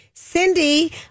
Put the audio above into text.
Cindy